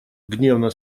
гневно